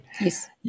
Yes